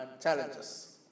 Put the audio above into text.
challenges